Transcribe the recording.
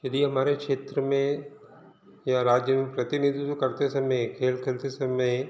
यदि हमारे क्षेत्र में या राज्य में प्रतिनिधित्व करते समय खेल करते समय